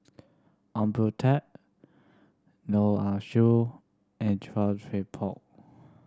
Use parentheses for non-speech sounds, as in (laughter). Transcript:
Ong Boon Tat Neo Ah (unintelligible) and Chia Thye Poh